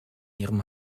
ihrem